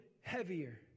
heavier